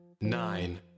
Nine